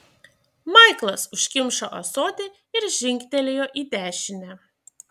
maiklas užkimšo ąsotį ir žingtelėjo į dešinę